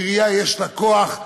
עירייה יש לה כוח,